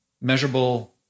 measurable